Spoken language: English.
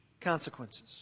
consequences